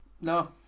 No